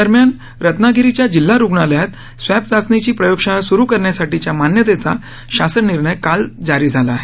दरम्यान रत्नागिरीच्या जिल्हा रुग्णालयात स्वॅब चाचणीची प्रयोगशाळा सुरू करण्यासाठीच्या मान्यतेचा शासन निर्णय काल जारी झाला आहे